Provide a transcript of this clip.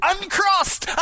Uncrossed